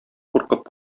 куркып